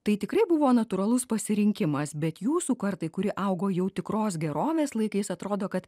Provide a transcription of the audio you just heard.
tai tikrai buvo natūralus pasirinkimas bet jūsų kartai kuri augo jau tikros gerovės laikais atrodo kad